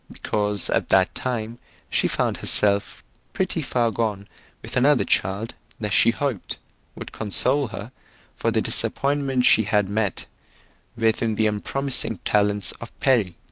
because at that time she found herself pretty far gone with another child that she hoped would console her for the disappointment she had met with in the unpromising talents of perry,